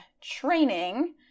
training